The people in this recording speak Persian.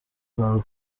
فرار